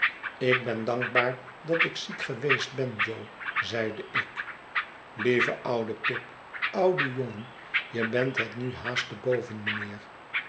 ik ben dankbaar dat ik ziek geweest ben jo zeide ik lieve oude pip oude jongen je bent het nu haast te boven mijnheer